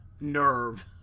nerve